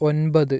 ഒൻപത്